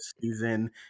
season